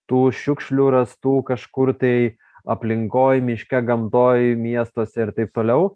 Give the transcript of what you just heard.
tų šiukšlių rastų kažkur tai aplinkoj miške gamtoj miestuose ir taip toliau